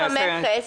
זה מה שהסברתי קודם.